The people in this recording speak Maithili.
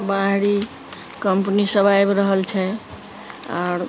बाहरी कम्पनी सभ आबि रहल छै आओर